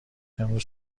امروز